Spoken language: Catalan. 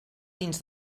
dins